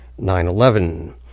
9-11